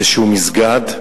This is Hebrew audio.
באיזשהו מסגד.